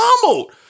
pummeled